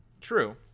True